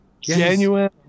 genuine